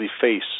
face